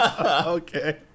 Okay